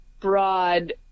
broad